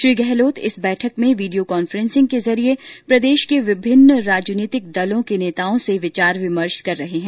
श्री गहलोत इस बैठक में वीडियो कॉन्फ्रेन्सिंग के जरिये प्रदेश के विभिन्न राजनीतिक दलों के नेताओं से विचार विमर्श कर रहे हैं